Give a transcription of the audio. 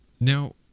Now